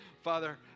Father